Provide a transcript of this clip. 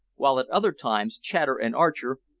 while at other times, chater and archer,